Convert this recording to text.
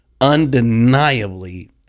undeniably